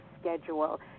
schedule